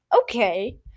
Okay